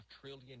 trillion